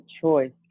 choice